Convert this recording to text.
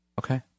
okay